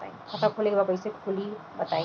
खाता खोले के बा कईसे खुली बताई?